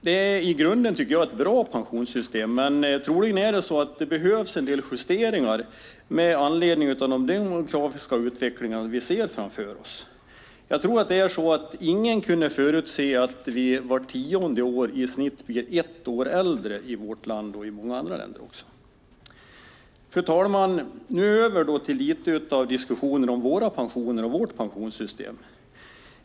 Det är i grunden ett bra pensionssystem, men troligen behövs det en del justeringar med anledning av den demografiska utveckling vi ser framför oss. Ingen kunde förutse att vi vart tionde år i snitt blir ett år äldre i vårt land. Det gäller även i andra länder. Fru talman! Jag går nu över till att diskutera vårt pensionssystem.